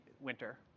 winter